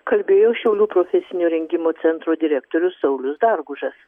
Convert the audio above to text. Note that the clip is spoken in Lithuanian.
kalbėjo šiaulių profesinio rengimo centro direktorius saulius dargužas